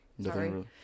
Sorry